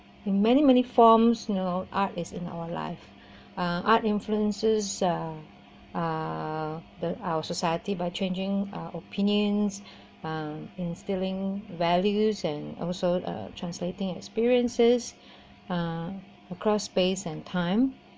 in many many forms you know art is in our life uh art influences uh uh the our society by changing uh opinions uh instilling values and also uh translating experiences uh across space and time